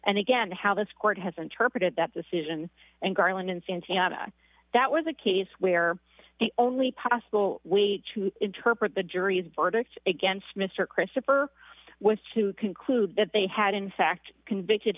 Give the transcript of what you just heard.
and again how this court has interpreted that decision and garland and santana that was a case where the only possible way to interpret the jury's verdict against mr christopher was to conclude that they had in fact convicted